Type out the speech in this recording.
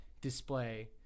display